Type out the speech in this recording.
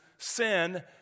sin